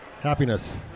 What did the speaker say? Happiness